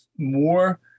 more